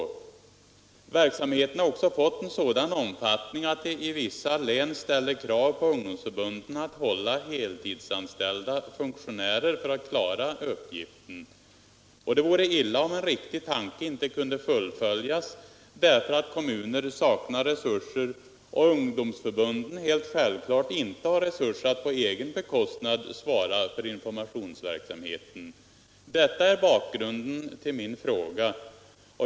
ungdomsförbun Verksamheten har fått sådan omfattning att det i vissa län ställer krav — dens medverkan i på ungdomsförbunden att hålla heltidsanställda funktionärer för att klara — skolans samhällsinuppgiften. formation Det vore illa om en riktig tanke inte kunde fullföljas därför att kommunerna saknar resurser och ungdomsförbunden helt självklart inte har resurser att på egen bekostnad svara för informationsverksamheten. Detta är bakgrunden till min fråga.